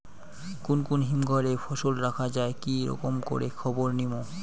কুন কুন হিমঘর এ ফসল রাখা যায় কি রকম করে খবর নিমু?